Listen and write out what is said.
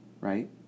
right